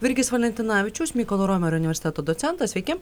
virgis valentinavičius mykolo romerio universiteto docentas sveiki